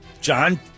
John